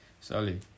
sally